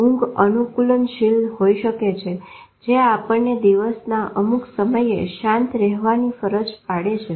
ઊંઘ અનુકુલનશીલ હોઈ શકે છે જે આપણને દિવસના અમુક સમયે શાંત રેહવાની ફરજ પડે છે